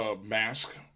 mask